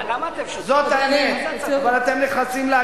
סדרנים, תוציאו אותה החוצה בבקשה.